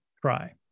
try